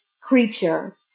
creature